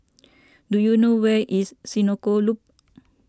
do you know where is Senoko Loop